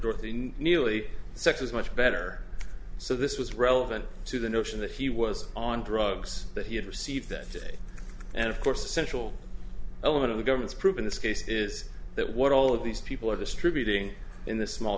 dorothy neely sex was much better so this was relevant to the notion that he was on drugs that he had received that day and of course essential element of the government's prove in this case is that what all of these people are distributing in this small